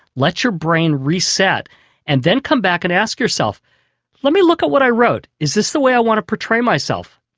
let your brain reset and then come back and ask yourself let me look at what i wrote, is this the way i want to portray myself.